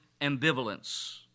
ambivalence